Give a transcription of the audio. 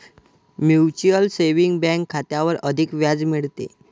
mutual saving bank खात्यावर अधिक व्याज मिळते